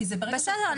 \ בסדר,